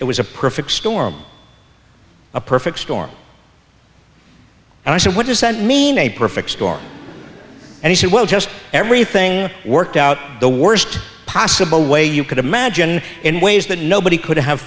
it was a perfect storm a perfect storm and i said what does that mean a perfect storm and he said well just everything worked out the worst possible way you could imagine in ways that nobody could have